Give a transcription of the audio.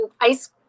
ice